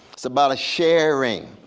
it's about a sharing.